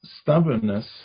stubbornness